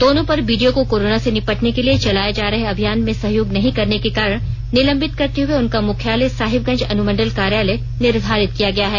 दोनों पर बीडीओ को कोरोना से निपटने के लिए चलाए जा रहे अभियान में सहयोग नहीं करने के कारण निलंबित करते हुए उनका मुख्यालय साहिबगंज अनुमंडल कार्यालय निर्धारित किया गया है